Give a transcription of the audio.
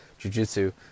jujitsu